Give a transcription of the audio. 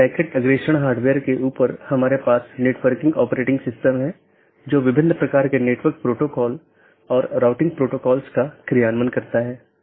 इसलिए हमारा मूल उद्देश्य यह है कि अगर किसी ऑटॉनमस सिस्टम का एक पैकेट किसी अन्य स्थान पर एक ऑटॉनमस सिस्टम से संवाद करना चाहता है तो यह कैसे रूट किया जाएगा